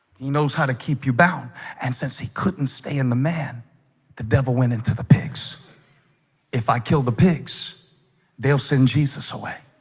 he knows how to keep you bound and since he couldn't stay in the man the devil went into the pigs if i killed the pigs they'll send jesus away